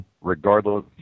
Regardless